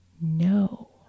No